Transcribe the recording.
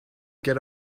get